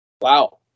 Wow